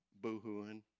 boohooing